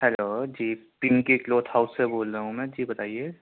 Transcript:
hello جی Pinky cloth house سے بول رہا ہوں میں جی بتائیے